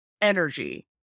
energy